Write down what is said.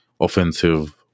offensive